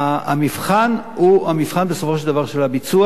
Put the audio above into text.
המבחן, בסופו של דבר, הוא המבחן של הביצוע.